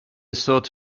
sort